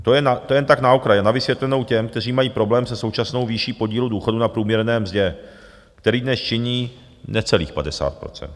To jen tak na okraj a na vysvětlenou těm, kteří mají problém se současnou výší podílu důchodu na průměrné mzdě, který dnes činí necelých 50 %.